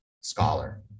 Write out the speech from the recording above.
scholar